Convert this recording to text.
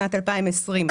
שנת 2020,